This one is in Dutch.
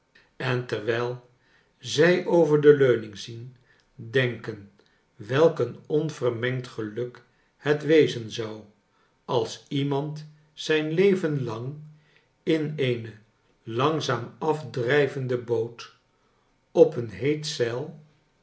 en terwijl zij over de leuning zien denken welk een onvermengd geluk het wezen zou als iemand zijn leven lang in eene langzaam afdrijvende boot op een heet zeil